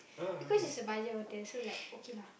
because it's a budget hotel so like okay lah